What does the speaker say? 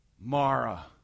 Mara